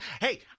Hey